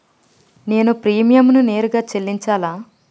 నేను ప్రీమియంని నేరుగా చెల్లించాలా?